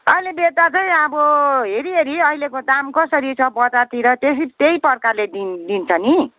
अहिले बेच्दा चाहिँ अब हेरिहेरि अहिलेको दाम कसरी छ बजारतिर त्यही त्यही प्रकारले दि दिन्छ नि